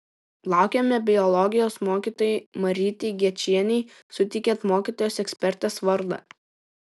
laukiame biologijos mokytojai marytei gečienei suteikiant mokytojos ekspertės vardą